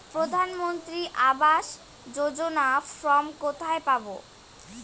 প্রধান মন্ত্রী আবাস যোজনার ফর্ম কোথায় পাব?